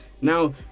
Now